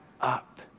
up